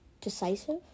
decisive